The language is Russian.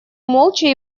молча